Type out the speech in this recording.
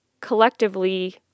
collectively